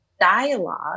dialogue